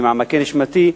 ממעמקי נשמתי,